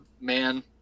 man